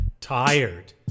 tired